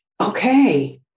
Okay